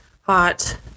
hot